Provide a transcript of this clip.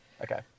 Okay